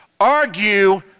argue